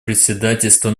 председательство